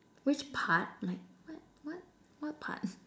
which part like what what what part